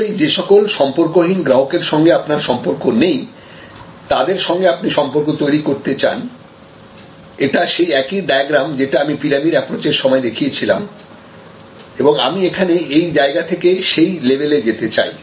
অবশ্যই যে সকল সম্পর্কহীন গ্রাহকের সঙ্গে আপনার সম্পর্ক নেই তাদের সঙ্গে আপনি সম্পর্ক তৈরি করতে চান এটা সেই একই ডায়াগ্রাম যেটা আমি পিরামিড অ্যাপ্রচের সময় দেখিয়েছিলাম এবং আমি এখানে এই জায়গা থেকে সেই লেভেলে যেতে চাই